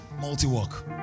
multi-work